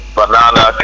banana